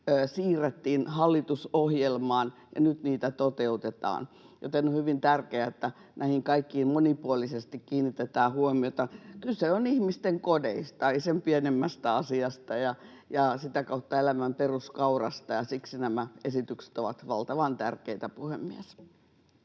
siirrettiin hallitusohjelmaan, ja nyt niitä toteutetaan, joten on hyvin tärkeää, että näihin kaikkiin monipuolisesti kiinnitetään huomiota. Kyse on ihmisten kodeista — ei sen pienemmästä asiasta — ja sitä kautta elämän peruskaurasta. Siksi nämä esitykset ovat valtavan tärkeitä, puhemies.